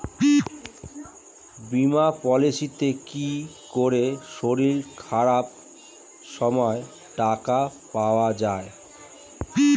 বীমা পলিসিতে কি করে শরীর খারাপ সময় টাকা পাওয়া যায়?